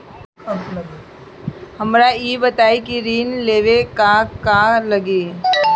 हमरा ई बताई की ऋण लेवे ला का का लागी?